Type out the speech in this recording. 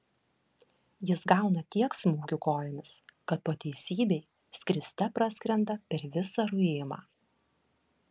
jis gauna tiek smūgių kojomis kad po teisybei skriste praskrenda per visą ruimą